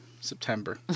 September